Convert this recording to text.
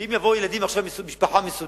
כי אם יבואו ילדים עם משפחה מסודן,